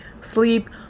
sleep